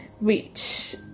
reach